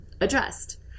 addressed